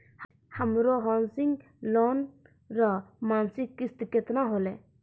हमरो housing loan रो मासिक किस्त केतना होलै?